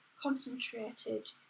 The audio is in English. concentrated